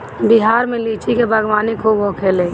बिहार में लीची के बागवानी खूब होखेला